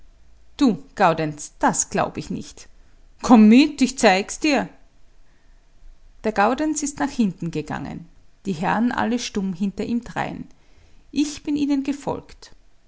du gaudenz das glaub ich nicht komm mit ich zeig's dir der gaudenz ist nach hinten gegangen die herren alle stumm hinter ihm drein ich bin ihnen gefolgt